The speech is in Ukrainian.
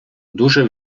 дуже